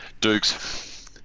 Dukes